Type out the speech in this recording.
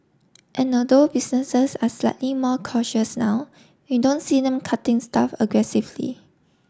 and although businesses are slightly more cautious now we don't see them cutting staff aggressively